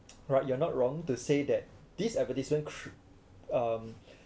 right you're not wrong to say that this advertisement cr~ um